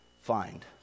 find